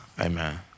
Amen